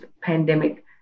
pandemic